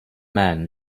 man